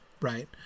right